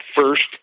first